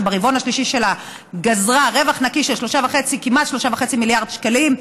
שברבעון השלישי שלה גזרה רווח נקי של כמעט 3.5 מיליארד שקלים,